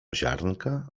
ziarnka